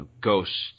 ghosts